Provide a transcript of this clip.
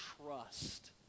trust